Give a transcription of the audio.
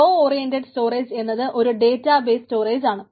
raw oriented storage എന്നത് ഒരു data base storage ആണ്